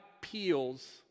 peels